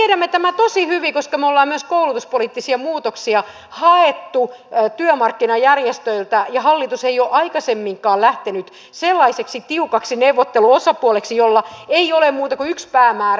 me tiedämme tämän tosi hyvin koska me olemme myös koulutuspoliittisia muutoksia hakeneet työmarkkinajärjestöiltä ja hallitus ei ole aikaisemminkaan lähtenyt sellaiseksi tiukaksi neuvotteluosapuoleksi jolla ei ole muuta kuin yksi päämäärä